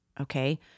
Okay